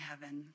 heaven